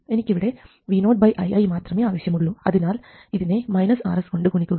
എനിക്കിവിടെ vo ii മാത്രമേ ആവശ്യമുള്ളൂ അതിനാൽ ഇതിനെ Rs കൊണ്ട് ഗുണിക്കുക